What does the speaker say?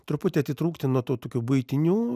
truputį atitrūkti nuo to tokių buitinių